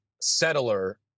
settler